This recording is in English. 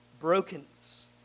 Brokenness